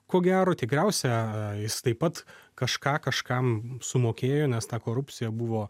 ko gero tikriausia jis taip pat kažką kažkam sumokėjo nes ta korupcija buvo